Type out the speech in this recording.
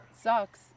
sucks